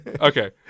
okay